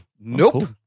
Nope